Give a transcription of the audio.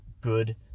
good